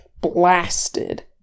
blasted